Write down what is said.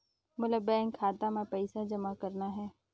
मोला बैंक खाता मां पइसा जमा करना हे?